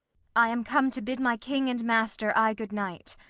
i am come to bid my king and master aye good night.